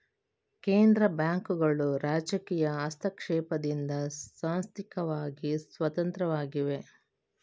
ಕೇಂದ್ರ ಬ್ಯಾಂಕುಗಳು ರಾಜಕೀಯ ಹಸ್ತಕ್ಷೇಪದಿಂದ ಸಾಂಸ್ಥಿಕವಾಗಿ ಸ್ವತಂತ್ರವಾಗಿವೆ